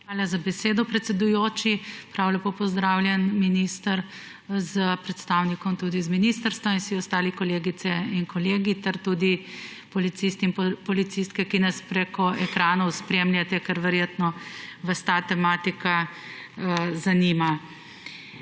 Hvala za besedo, predsedujoči. Prav lepo pozdravljeni, minister, predstavnik z ministrstva in vsi ostali kolegice in kolegi ter tudi policisti in policistke, ki nas prek ekranov spremljate, ker verjetno vas ta tematika zanima.